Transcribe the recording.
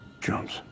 jumps